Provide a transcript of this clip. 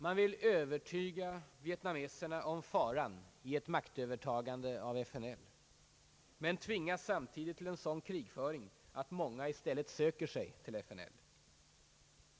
Man vill övertyga vietnameserna om faran i ett maktövertagande av FNL — men tvingas samtidigt till en sådan krigföring att många i stället söker sig till FNL.